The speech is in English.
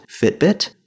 Fitbit